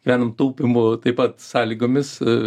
gyvenam taupymo taip pat sąlygomis a